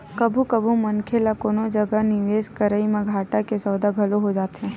कभू कभू मनखे ल कोनो जगा निवेस करई म घाटा के सौदा घलो हो जाथे